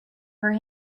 her